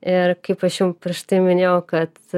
ir kaip aš jum prieš tai minėjau kad